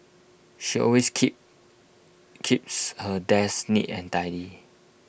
she always keep keeps her desk neat and tidy